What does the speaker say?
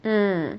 mm